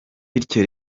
bityo